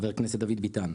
חבר הכנסת דוד ביטן.